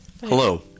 Hello